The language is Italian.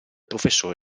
professore